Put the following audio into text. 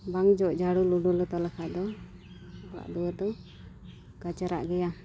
ᱵᱟᱝ ᱡᱚᱜ ᱡᱷᱟᱹᱲᱩ ᱞᱩᱰᱟᱹ ᱞᱚᱛᱟ ᱞᱮᱠᱷᱟᱡ ᱫᱚ ᱠᱟᱪᱨᱟᱜ ᱜᱮᱭᱟ